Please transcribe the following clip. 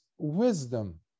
wisdom